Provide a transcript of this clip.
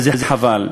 וחבל.